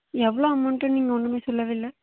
எவ்வளோ அமௌன்ட்டுன்னு நீங்கள் ஒன்றுமே சொல்லவே இல்லை